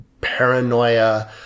paranoia